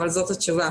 אבל זאת התשובה.